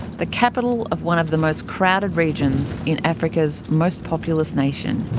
the capital of one of the most crowded regions in africa's most populist nation.